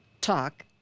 talk